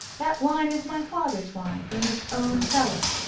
that wine is my father's wine, from his own cellar.